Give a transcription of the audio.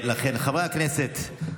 חברי הכנסת,